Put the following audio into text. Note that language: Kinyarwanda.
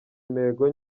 intego